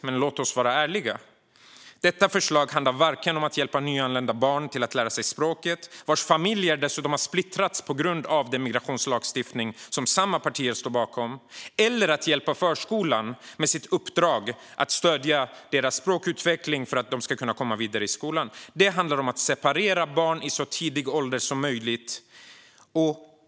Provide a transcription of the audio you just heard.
Men låt oss vara ärliga: Detta förslag handlar inte om att vare sig hjälpa nyanlända barn att lära sig språket - deras familjer har dessutom splittrats på grund av den migrationslagstiftning som samma partier står bakom - eller att hjälpa förskolan i dess uppdrag att stödja deras språkutveckling för att de ska kunna komma vidare i skolan. Det handlar om att separera barn i så tidig ålder som möjligt.